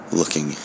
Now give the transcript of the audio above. looking